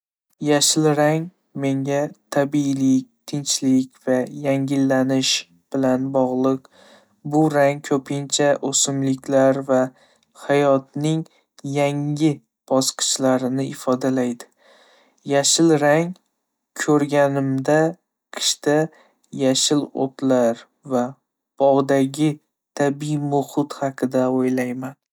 Yashil rang menga tabiiylik, tinchlik va yangilanish bilan bog'liq. Bu rang ko'pincha o'simliklar va hayotning yangi bosqichlarini ifodalaydi. Yashil rangni ko'rganimda, qishda yashil o'tlar va bog'dagi tabiiy muhit haqida o'ylayman.